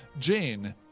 Jane